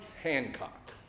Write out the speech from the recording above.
Hancock